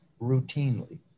routinely